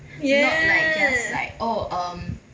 yes